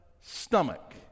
stomach